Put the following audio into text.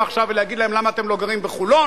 עכשיו ולהגיד להם: למה אתם לא גרים בחולון?